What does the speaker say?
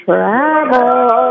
Travel